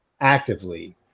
actively